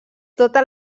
totes